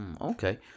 Okay